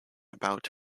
about